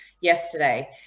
yesterday